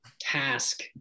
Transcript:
task